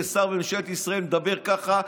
כששר בממשלת ישראל מדבר ככה,